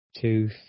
two